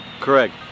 Correct